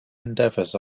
endeavors